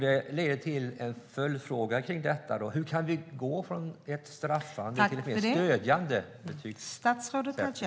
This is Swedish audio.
Detta leder till en följdfråga: Hur kan vi gå från ett straffande till ett stödjande betygssystem?